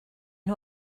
nhw